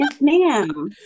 ma'am